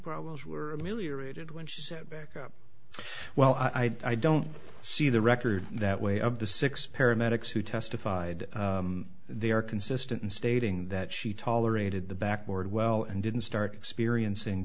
problems were ameliorated when she said back up well i i don't see the record that way of the six paramedics who testified they are consistent in stating that she tolerated the back board well and didn't start experiencing